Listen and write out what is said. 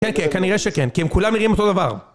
כן כן, כנראה שכן, כי הם כולם נראים אותו דבר